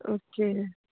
okay